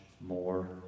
more